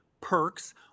perks